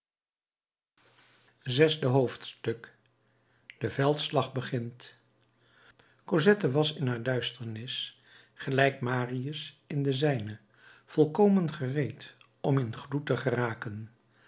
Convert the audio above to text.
zesde hoofdstuk de veldslag begint cosette was in haar duisternis gelijk marius in de zijne volkomen gereed om in gloed te geraken